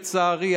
לצערי,